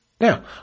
now